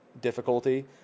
difficulty